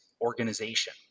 organization